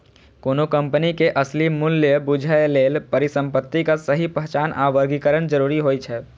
कोनो कंपनी के असली मूल्य बूझय लेल परिसंपत्तिक सही पहचान आ वर्गीकरण जरूरी होइ छै